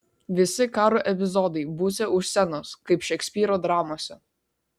visi karo epizodai būsią už scenos kaip šekspyro dramose